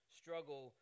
struggle